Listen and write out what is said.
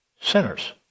sinners